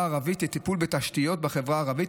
הערבית לטיפול בתשתיות בחברה הערבית,